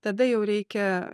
tada jau reikia